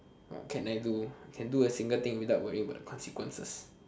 what can I do can do a single thing without worrying about the consequences